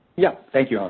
yeah thank you, allen.